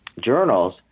journals